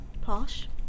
Posh